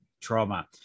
trauma